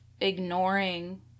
ignoring